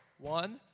One